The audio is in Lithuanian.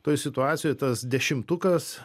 toj situacijoj tas dešimtukas